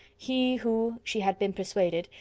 he who, she had been persuaded,